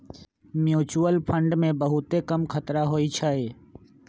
mutual fund मे बहुते कम खतरा होइ छइ